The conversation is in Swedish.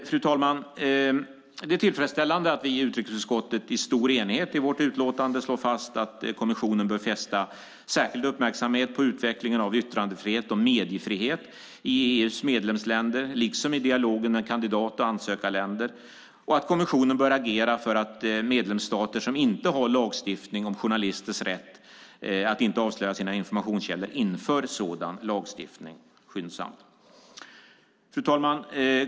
Fru talman! Det är tillfredsställande att vi i utrikesutskottet i stor enighet i vårt utlåtande slår fast att kommissionen bör fästa särskild uppmärksamhet på utvecklingen av yttrandefrihet och mediefrihet i EU:s medlemsländer liksom i dialogen med kandidat och ansökarländer och att kommissionen bör agera för att medlemsstater som inte har lagstiftning om journalisters rätt att inte avslöja sina informationskällor skyndsamt inför sådan lagstiftning.